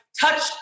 touch